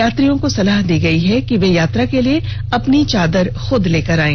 यात्रियों को सलाह दी गई है कि वे यात्रा के लिए अपनी चादर खुद लेकर आएं